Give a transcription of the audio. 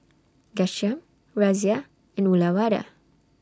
Ghanshyam Razia and Uyyalawada